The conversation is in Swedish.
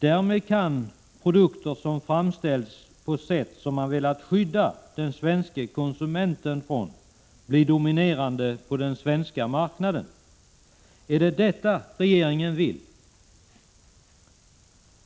Därmed kan produkter som framställs på sätt som man velat skydda den svenska konsumenten från bli dominerande på den svenska marknaden. Är det vad regeringen vill?